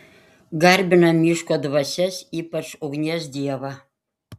garbina miško dvasias ypač ugnies dievą